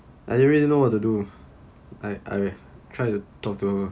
I didn't really know what to do I I try to talk to her